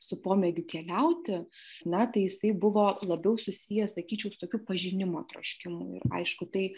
su pomėgiu keliauti na tai jisai buvo labiau susijęs sakyčiau su tokiu pažinimo troškimu ir aišku tai